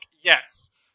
yes